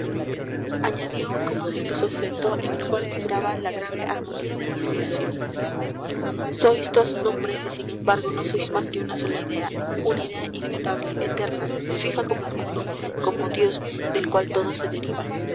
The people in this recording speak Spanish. añadió con majestuoso acento en el cual vibraba la grave armonía de la inspiración sois dos nombres y sin embargo no sois más que una sola idea una idea inmutable eterna fija como el mundo como dios del cual todo se deriva